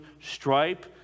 stripe